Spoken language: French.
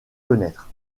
connaître